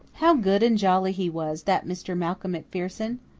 how good and jolly he was, that mr. malcolm macpherson!